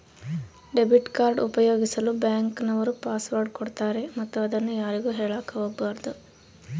debit card ಉಪಯೋಗಿಸಲು bank ನವರು password ಕೊಡ್ತಾರೆ ಮತ್ತು ಅದನ್ನು ಯಾರಿಗೂ ಹೇಳಕ ಒಗಬಾರದು